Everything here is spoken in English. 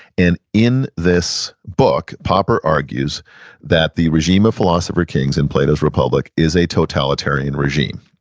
and in this book popper argues that the regime of philosopher kings in plato's republic is a totalitarian regime.